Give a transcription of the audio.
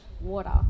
water